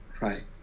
right